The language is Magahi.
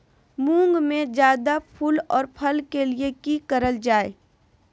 मुंग में जायदा फूल और फल के लिए की करल जाय?